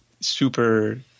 super